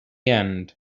end